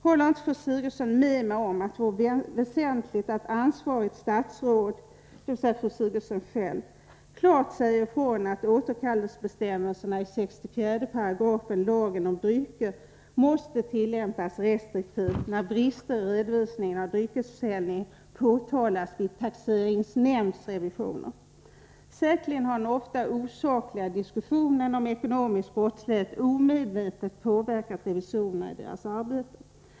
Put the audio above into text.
Håller inte fru Sigurdsen med mig om att det vore väsentligt att det ansvariga statsrådet — dvs. fru Sigurdsen själv — klart sade ifrån att återkallelsebestämmelserna i 64§ lagen om handel med drycker måste tillämpas restriktivt, när brister i redovisningen av dryckesförsäljningen påtalas vid taxeringsnämndsrevisioner? Säkerligen har den ofta osakliga diskussionen om ekonomisk brottslighet omedvetet påverkat revisorerna i deras arbete.